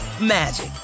magic